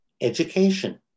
education